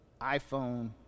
iPhone